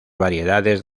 variedades